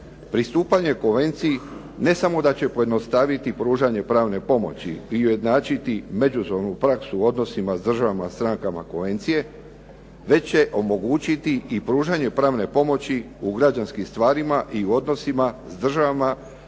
Pristupanje konvenciji ne samo da će pojednostaviti pružanje pravne pomoći i ujednačiti međusobnu praksu u odnosima s državama strankama konvencije već će omogućiti i pružanje pravne pomoći u građanskim stvarima i u odnosima s državama s kojima